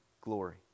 glory